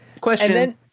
Question